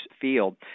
field